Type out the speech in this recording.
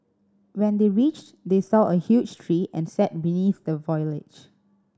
when they reached they saw a huge tree and sat beneath the foliage